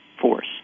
force